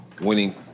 winning